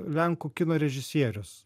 lenkų kino režisierius